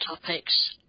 topics